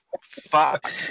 fuck